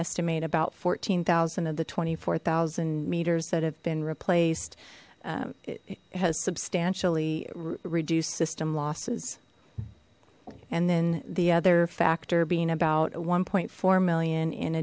estimate about fourteen thousand of the twenty four zero meters that have been replaced it has substantially reduced system losses and then the other factor being about one four million in